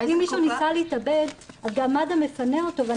אם מישהו ניסה להתאבד מד"א מפנה אותו.